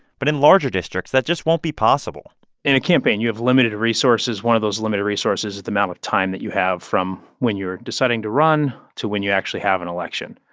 but in larger districts, that just won't be possible in a campaign, you have limited resources. one of those limited resources is the amount of time that you have from when you're deciding to run to when actually have an election.